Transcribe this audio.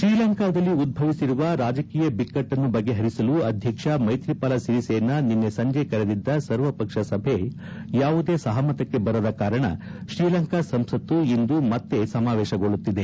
ಶ್ರೀಲಂಕಾದಲ್ಲಿ ಉದ್ಧವಿಸಿರುವ ರಾಜಕೀಯ ಬಿಕ್ಕಟ್ಟನ್ನು ಬಗೆಹರಿಸಲು ಅಧ್ವಕ್ಷ ಮೈತ್ರಿಪಾಲ ಸಿರಿಸೇನಾ ನಿನ್ನೆ ಸಂಜೆ ಕರೆದಿದ್ದ ಸರ್ವಪಕ್ಷ ಸಭೆ ಯಾವುದೇ ಸಹಮತಕ್ಕೆ ಬರದ ಕಾರಣ ಶ್ರೀಲಂಕಾ ಸಂಸತ್ತು ಇಂದು ಮತ್ತ ಸಮಾವೇಶಗೊಳ್ಳುತ್ತಿದೆ